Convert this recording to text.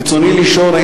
רצוני לשאול: